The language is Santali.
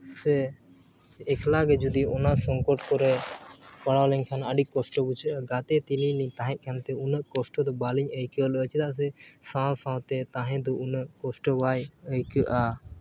ᱥᱮ ᱮᱠᱞᱟ ᱜᱮ ᱡᱩᱫᱤ ᱚᱱᱟ ᱥᱚᱝᱠᱚᱴ ᱠᱚᱨᱮ ᱯᱟᱲᱟᱣ ᱞᱮᱱᱠᱷᱟᱱ ᱟᱹᱰᱤ ᱠᱚᱥᱴᱚ ᱵᱩᱡᱷᱟᱹᱜᱼᱟ ᱜᱟᱛᱮ ᱛᱮᱞᱤᱧ ᱞᱤᱧ ᱛᱟᱦᱮᱸᱠᱟᱱ ᱛᱮ ᱩᱱᱟᱹᱜ ᱠᱚᱥᱴᱚ ᱫᱚ ᱵᱟᱹᱞᱤᱧ ᱟᱹᱭᱠᱟᱹᱣ ᱞᱮᱫᱟ ᱪᱮᱫᱟᱜ ᱥᱮ ᱥᱟᱶ ᱥᱟᱶᱛᱮ ᱛᱟᱦᱮᱸ ᱫᱚ ᱩᱱᱟᱹᱜ ᱠᱚᱥᱴᱚ ᱵᱟᱭ ᱟᱹᱭᱠᱟᱹᱜᱼᱟ